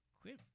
Quit